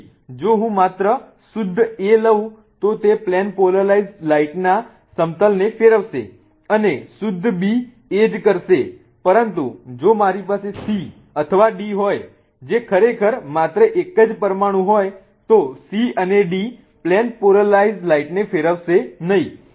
તેથી જો હું માત્ર શુદ્ધ A લઉં તો તે પ્લેન પોલરાઇઝ્ડ લાઇટ ના સમતલને ફેરવશે અને શુદ્ધ B એ જ કરશે પરંતુ જો મારી પાસે C અથવા D હોય જે ખરેખર માત્ર એક જ પરમાણુ હોય તો C અને D પ્લેન પોલરાઇઝ્ડ લાઇટને ફેરવશે નહીં